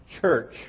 church